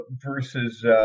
versus